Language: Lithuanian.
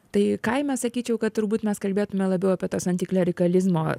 tai kaime sakyčiau kad turbūt mes kalbėtume labiau apie tas antiklerikalizmo